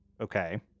okay